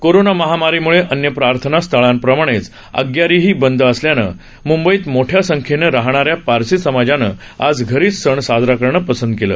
corona महामारीमुळे अन्य प्रार्थना स्थळांप्रमाणेच अग्यारी ही बंद असल्याने मुंबईत मोठ्या संख्येने राहणाऱ्या पारसी समाजाने आज घरीच सण साजरा करणं पसंत केलं